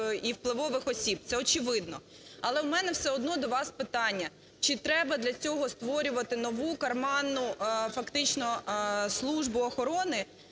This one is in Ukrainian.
і впливових осіб. Це очевидно. Але в мене все одно до вас питання. Чи треба для цього створювати нову карманну, фактично, службу охорони,